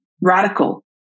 radical